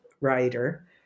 writer